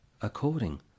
according